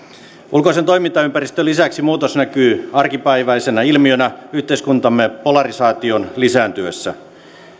ulkoisen toimintaympäristön lisäksi muutos näkyy arkipäiväisenä ilmiönä yhteiskuntamme polarisaation lisääntyessä